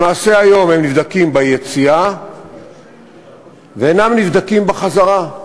למעשה, היום הם נבדקים ביציאה ואינם נבדקים בחזרה.